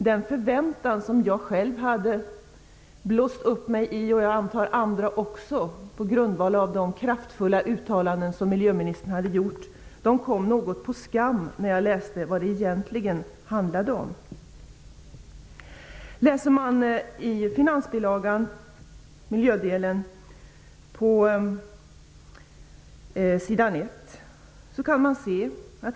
Den förväntan som jag själv och jag antar också andra hade fått på grundval av de kraftfulla uttalanden som miljöministern hade gjort kom dock något på skam när jag läste vad det egentligen handlade om.